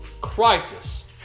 crisis